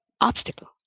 obstacle